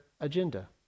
agenda